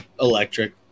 Electric